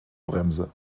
bremse